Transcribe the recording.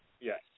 Yes